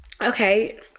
Okay